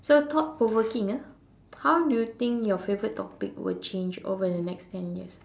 so thought provoking ah how do you think your favourite topic would change over the next ten years